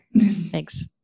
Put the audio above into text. Thanks